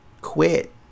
Quit